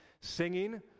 singing